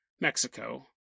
Mexico